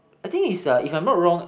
I think it's uh if I'm not wrong